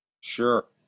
Sure